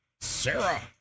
Sarah